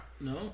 No